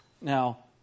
Now